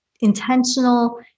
intentional